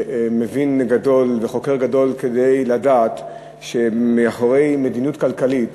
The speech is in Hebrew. מבין גדול או חוקר גדול כדי לדעת שמאחורי מדיניות כלכלית